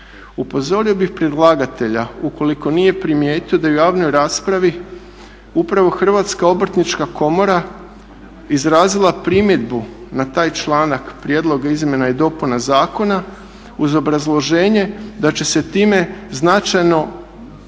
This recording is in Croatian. Upozorio bih predlagatelja ukoliko nije primijetio da je u javnoj raspravi upravo Hrvatska obrtnička komora izrazila primjedbu na taj članak prijedloga izmjena i dopuna zakona uz obrazloženje da će se time značajno